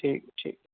ٹھیک ٹھیک ٹھیک